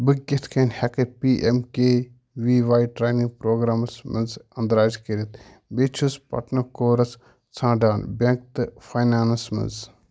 بہٕ کِتھ کٔنۍ ہٮ۪کہٕ P M K V Y training programmes منٛز اندراج کٔرِتھ بہٕ چھُس پٹنہ کورُس ژھانٛڈان بینک تہٕ فاینانٕس منٛز